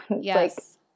Yes